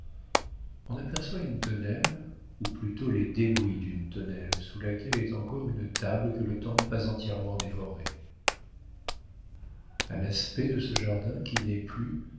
on aperçoit une tonnelle ou plutôt les débris d'une tonnelle sous laquelle est encore une table que le temps n'a pas entièrement dévorée a l'aspect de ce jardin qui n'est plus